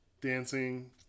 dancing